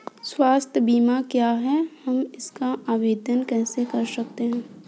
स्वास्थ्य बीमा क्या है हम इसका आवेदन कैसे कर सकते हैं?